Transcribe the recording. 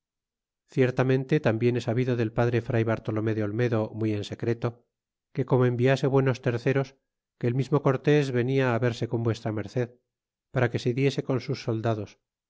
ciertamente tambien he sabido del padre fray bartolome de olmedo muy en secreto que como enviase buenos terceros que el mismo cortés vernia á verse con v merced para que se diese con sus soldados